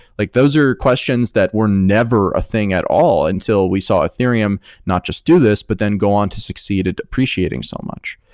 like those are questions that were never a thing at all until we saw ethereum not just do this, but then go on to succeed at appreciating so much.